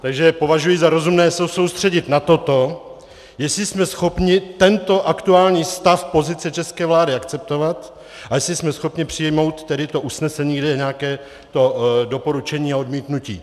Takže považuji za rozumné se soustředit na toto, jestli jsme schopni tento aktuální stav pozice české vlády akceptovat a jestli jsme schopni přijmout usnesení, kde je nějaké doporučení a odmítnutí.